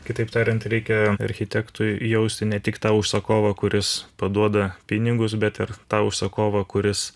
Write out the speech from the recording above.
kitaip tariant reikia architektui jausti ne tik tą užsakovą kuris paduoda pinigus bet ir tą užsakovą kuris